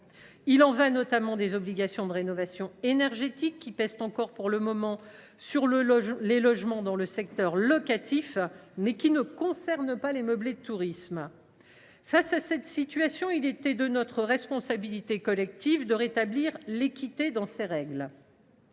Je pense notamment aux obligations de rénovation énergétique, qui pèsent encore – pour le moment – sur les logements dans le secteur locatif, mais qui ne concernent pas les meublés de tourisme. Devant cette situation, il était de notre responsabilité collective de rétablir de l’équité au sein de ces règles.